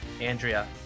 andrea